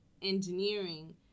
Engineering